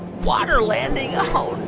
water landing oh,